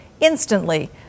instantly